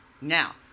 Now